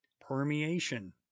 Permeation